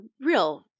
real